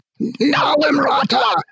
Nalimrata